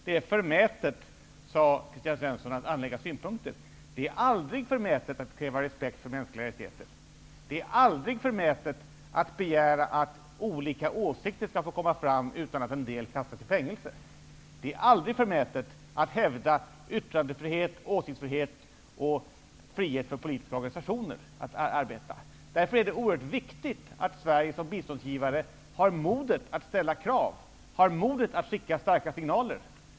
Kristina Svensson sade att det är förmätet att anlägga synpunkter. Det är aldrig förmätet att kräva respekt för mänskliga rättigheter. Det är aldrig förmätet att begära att olika åsikter skall få uttalas utan att man kastas i fängelse. Det är aldrig förmätet att hävda yttrande och åsiktsfrihet och frihet för politiska organisationer att arbeta. Därför är det oerhört viktigt att Sverige som biståndsgivare har modet att ställa krav och skicka ut starka signaler.